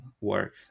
work